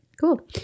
Cool